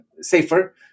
safer